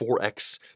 4x